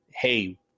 Hey